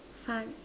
fun